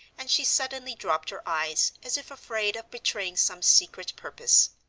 and she suddenly dropped her eyes, as if afraid of betraying some secret purpose.